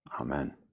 Amen